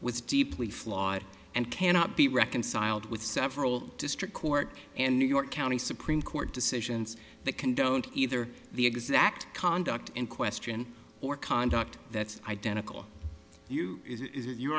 was deeply flawed and cannot be reconciled with several district court and new york county supreme court decisions that condoned either the exact conduct in question or conduct that's identical you